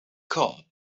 cup